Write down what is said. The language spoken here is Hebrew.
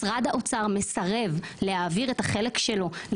משרד האוצר מסרב להעביר את החלק שלו.